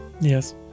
Yes